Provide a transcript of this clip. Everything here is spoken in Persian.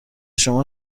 شما